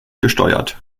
gesteuert